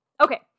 Okay